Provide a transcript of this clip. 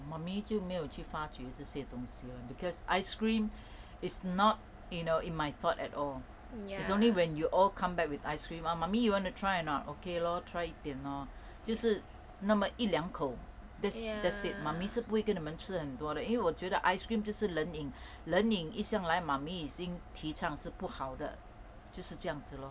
mummy 就没有去发掘这些东西 because ice cream it's not you know in my thought at all it's only when you all come back with ice cream mummy you want to try and not okay lor try 一点 lor 就是那么一两口 that's it mummy 是不会跟你们吃很多的因为我觉得 ice cream 就是冷饮冷饮一向来 mummy 已经提倡就是不好的就是这样子 lor